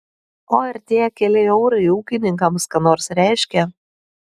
o ar tie keli eurai ūkininkams ką nors reiškia